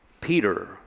Peter